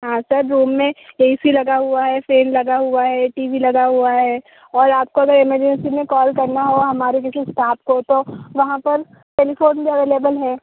हाँ sir room में A C लगा हुआ हे फेन लगा हुआ है टी वी लगा हुआ है और आपको अगर एमर्जेंसी में कॉल करना हो हमारे किसी इस्टाफ़ को तो वहाँ पर टेलीफ़ोन भी अवेलेबल है